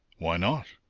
why not?